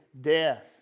death